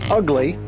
ugly